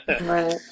Right